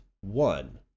one